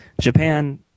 Japan